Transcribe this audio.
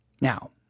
Now